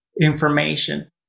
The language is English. information